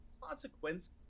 consequence